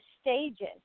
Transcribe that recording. stages